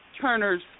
Turner's